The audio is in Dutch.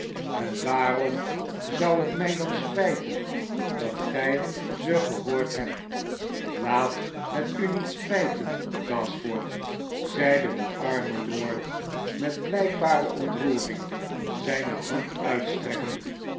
sen waarom zou het mij dan spijten dat gij ze gehoord hebt slaat het u niet spijten gasford zeide de arme lord met blijkbare ontroering zijne hand uitstrekkende